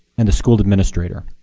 and school administrator.